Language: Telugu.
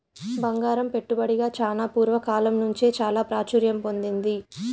బంగారం పెట్టుబడిగా చానా పూర్వ కాలం నుంచే చాలా ప్రాచుర్యం పొందింది